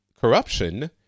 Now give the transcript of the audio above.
corruption